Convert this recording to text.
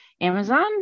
Amazon